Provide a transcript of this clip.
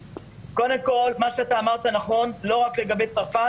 קודם כל, מה שאתה אמרת נכון לא רק לגבי צרפת.